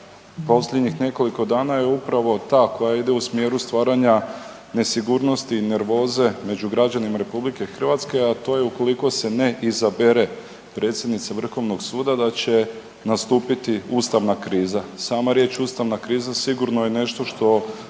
posljednjih nekoliko dana je upravo ta koja ide u smjeru stvaranja nesigurnosti i nervoze među građanima RH, a to je ukoliko se ne izabere predsjednica vrhovnog suda da će nastupiti ustavna kriza. Sama riječ ustavna kriza sigurno je nešto što